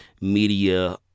media